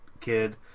kid